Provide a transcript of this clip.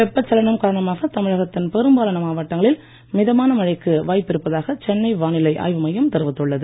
வெப்பச்சலனம் காரணமாக தமிழகத்தின் பெரும்பாலான மாவட்டங்களில் மிதமான மழைக்கு வாப்பிருப்பதாக சென்னை வானிலை ஆய்வு மையம் தெரிவித்துள்ளது